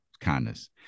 kindness